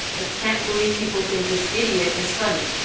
ah can't believe people think this idiot is funny.